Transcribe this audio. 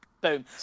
boom